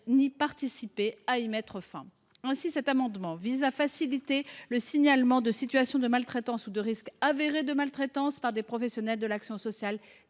ni contribuer à y mettre fin. Ainsi cet amendement vise t il à faciliter le signalement de situations de maltraitance ou de risques avérés de maltraitance par des professionnels de l’action sociale